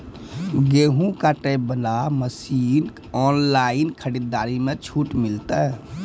गेहूँ काटे बना मसीन ऑनलाइन खरीदारी मे छूट मिलता?